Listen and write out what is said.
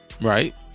Right